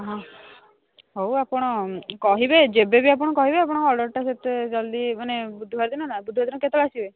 ହଁ ହଉ ଆପଣ କହିବେ ଯେବେ ବି ଆପଣ କହିବେ ଆପଣଙ୍କ ଅର୍ଡ଼ର୍ଟା ସେତେ ଜଲ୍ଦି ମାନେ ବୁଧବାର ଦିନ ନା ବୁଧବାର ଦିନ କେତେବେଳେ ଆସିବେ